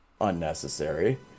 unnecessary